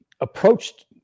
approached